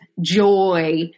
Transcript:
joy